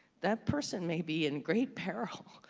that person may be in great peril,